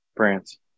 France